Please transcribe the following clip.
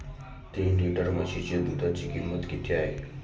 तीन लिटर म्हशीच्या दुधाची किंमत किती आहे?